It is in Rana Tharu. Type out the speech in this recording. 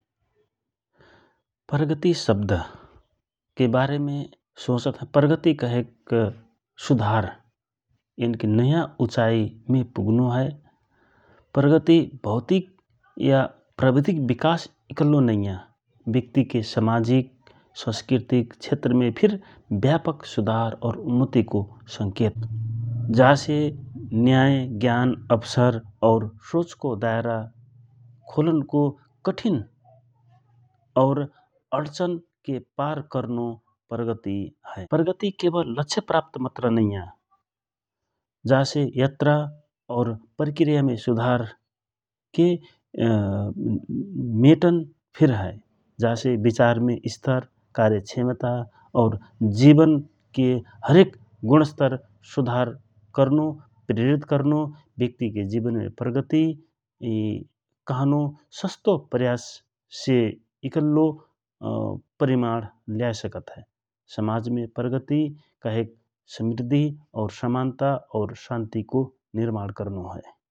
प्रगति शब्दके बारेमे सोचत हौ प्रगति कहेक सुधार यनिकि नयाँ उचाइ मे पुगनो हए । प्रगति भौतिक या प्रविधिक विकास इकल्लो नइया समाजिक, संस्कृतिक क्षेत्रमे फिर व्यापक सुधार और उन्नतिको संकेत जासे न्याय, ज्ञान अवसर और सोचको दयरा खोलनको कठिन और अडचन के पार करनो प्रगति हए । प्रगति केवल लक्षय प्राप्त मात्र नइया जासे यात्रा और प्रक्रियामे सुधार के मेटन फिर हए, जा से विचार मे स्तर कार्य क्षमता जिवनके हरेक गुणस्तर सुधार करनो प्रेरित करनो ब्यक्तिके जिवनमे प्रगति करनो सस्तो प्रयाससे परिमाण ल्याय सकत हए । समाजमे प्रगति कहेसक समृद्धि, समान्ता और शान्तको निर्माण करनो हए ।